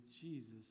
Jesus